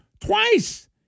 twice